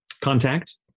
Contact